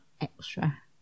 extra